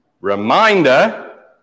reminder